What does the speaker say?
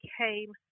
came